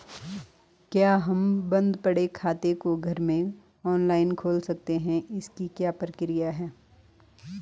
क्या हम बन्द पड़े खाते को घर में ऑनलाइन खोल सकते हैं इसकी क्या प्रक्रिया है?